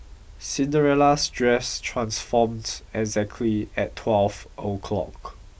Cinderella's dress transformed exactly at twelve o'clock